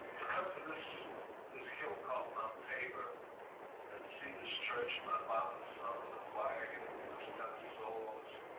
to come to this this hill called mount tabor and to see this church that my father sung in the choir here. he was tenor soloist.